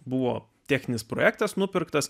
buvo techninis projektas nupirktas